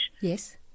yes